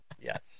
Yes